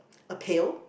a pail